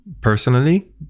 Personally